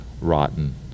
rotten